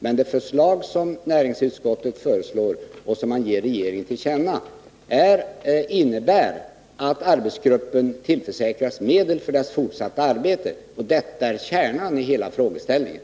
Men det som näringsutskottet föreslår — ett förslag som utskottet vill att riksdagen skall ge regeringen till känna — innebär att arbetsgruppen tillförs medel för fortsatt arbete, och detta är kärnan i hela frågeställningen.